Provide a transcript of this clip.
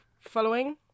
following